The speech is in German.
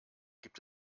gibt